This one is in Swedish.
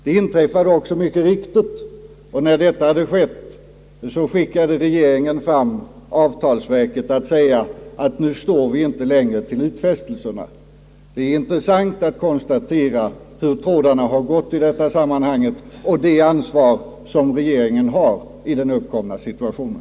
Detta inträffade också mycket riktigt, och därefter skickade regeringen fram avtalsverket att säga att det inte längre stod för utfästelserna. Det är intressant att konstatera hur trådarna har löpt i detta sammanhang och vilket ansvar regeringen har i den uppkomna situationen.